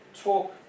talk